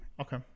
okay